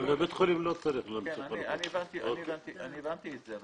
הבנתי את זה.